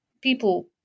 people